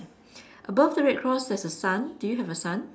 above the red cross there's a sun do you have a sun